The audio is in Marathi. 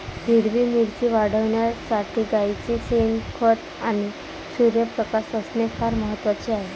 हिरवी मिरची वाढविण्यासाठी गाईचे शेण, खत आणि सूर्यप्रकाश असणे फार महत्वाचे आहे